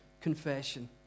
confession